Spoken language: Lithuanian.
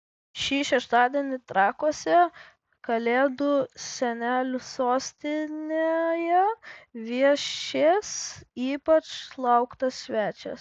šį šeštadienį trakuose kalėdų senelių sostinėje viešės ypač lauktas svečias